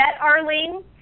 Arlene